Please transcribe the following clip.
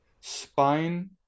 spine